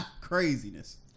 craziness